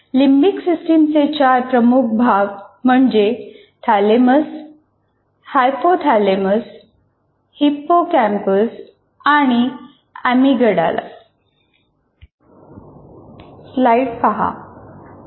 limbic सिस्टमचे चार प्रमुख भाग म्हणजे थॅलेमस हायपोथालेमस हिप्पोकॅम्पस आणि अॅमीगडाला